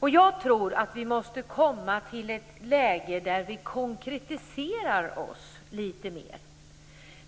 Jag tror att vi måste komma till ett läge där vi konkretiserar oss litet mer.